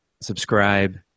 subscribe